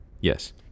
Yes